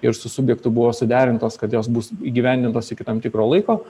ir su subjektu buvo suderintos kad jos bus įgyvendintos iki tam tikro laiko